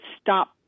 stop